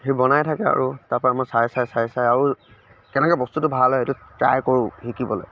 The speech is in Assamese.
সি বনায় থাকে আৰু তাৰ পৰা মই চাই চাই চাই চাই আৰু কেনেকৈ বস্তুটো ভাল হয় সেইটো ট্ৰাই কৰোঁ শিকিবলৈ